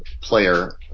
player